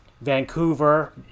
Vancouver